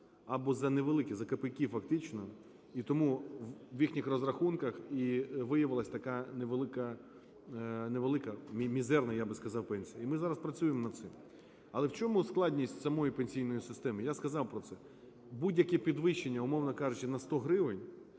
або за невеликі, за копійки фактично. І тому в їхніх розрахунках і виявилась така невелика, невелика, мізерна, я би сказав, пенсія. І ми зараз працюємо над цим. Але в чому складність самої пенсійної системи, я сказав про це. Будь-яке підвищення, умовно кажучи на 100 гривень,